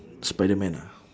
spiderman ah